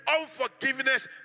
unforgiveness